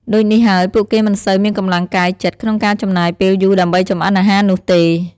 ដូចនេះហើយពួកគេមិនសូវមានកម្លាំងកាយចិត្តក្នុងការចំណាយពេលយូរដើម្បីចម្អិនអាហារនោះទេ ។